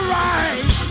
right